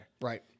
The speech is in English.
Right